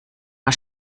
war